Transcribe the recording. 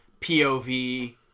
POV